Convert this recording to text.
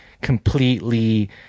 completely